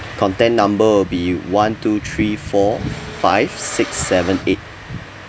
contact number will be one two three four five six seven eight